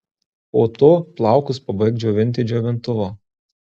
po to plaukus pabaik džiovinti džiovintuvu